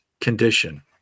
condition